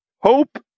Hope